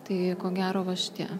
tai ko gero va šitie